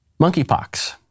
monkeypox